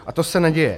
A to se neděje.